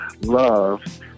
love